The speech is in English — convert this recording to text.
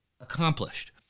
accomplished